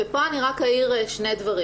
ופה אני רק אעיר שני דברים.